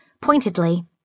pointedly